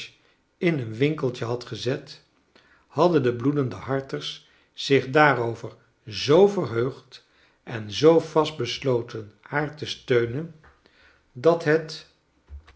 in een winkeltje had gezet hadden de bloedende harters zich daarover zoo verheugd en zoo vast besloten haar te steunen dat het